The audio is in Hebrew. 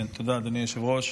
תודה, אדוני היושב-ראש.